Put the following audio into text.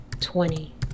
twenty